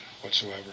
whatsoever